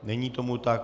Není tomu tak.